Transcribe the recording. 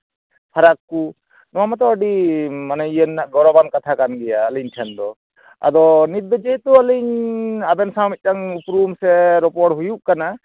ᱯᱷᱟᱨᱟᱠ ᱠᱚ ᱱᱚᱣᱟ ᱢᱟᱛᱚ ᱟᱹᱰᱤ ᱢᱟᱱᱮ ᱤᱭᱟᱹ ᱨᱮᱱᱟᱜ ᱜᱚᱨᱚᱵᱟᱱ ᱠᱟᱛᱷᱟ ᱠᱟᱱ ᱜᱮᱭᱟ ᱟᱞᱤᱧ ᱴᱷᱮᱱ ᱫᱚ ᱟᱫᱚ ᱱᱤᱛ ᱫᱚ ᱡᱮᱦᱮᱛᱩ ᱟᱞᱤᱧ ᱟᱵᱮᱱ ᱥᱟᱶ ᱢᱤᱫᱴᱟᱱ ᱩᱯᱨᱩᱢ ᱥᱮ ᱨᱚᱯᱚᱲ ᱦᱩᱭᱩᱜ ᱠᱟᱱᱟ